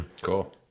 Cool